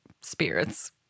spirits